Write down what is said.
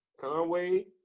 Conway